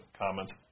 comments